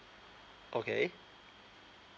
okay